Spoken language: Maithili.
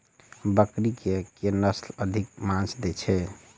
बकरी केँ के नस्ल अधिक मांस दैय छैय?